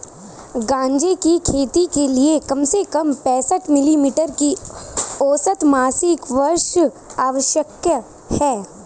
गांजे की खेती के लिए कम से कम पैंसठ मिली मीटर की औसत मासिक वर्षा आवश्यक है